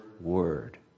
word